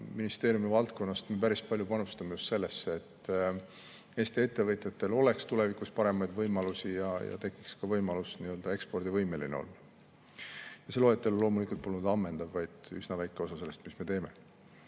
Kliimaministeeriumi valdkonnas me päris palju panustame just sellesse, et Eesti ettevõtjatel oleks tulevikus paremad võimalused ja tekiks võimalus ekspordivõimeline olla. See loetelu loomulikult polnud ammendav, vaid üsna väike osa sellest, mida me teeme. Viies